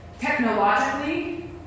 technologically